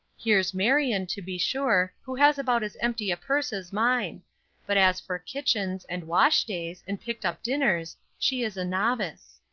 here's marion, to be sure, who has about as empty a purse as mine but as for kitchens, and wash days, and picked-up dinners, she is a novice.